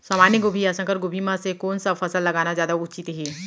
सामान्य गोभी या संकर गोभी म से कोन स फसल लगाना जादा उचित हे?